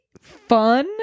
fun